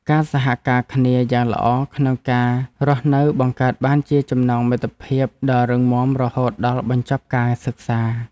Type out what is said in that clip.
ការសហការគ្នាយ៉ាងល្អក្នុងការរស់នៅបង្កើតបានជាចំណងមិត្តភាពដ៏រឹងមាំរហូតដល់បញ្ចប់ការសិក្សា។